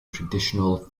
traditional